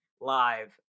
live